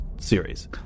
series